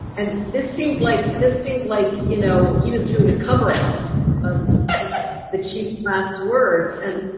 and this seemed like this seemed like, you know, he was doing a cover album of the chief last words. and,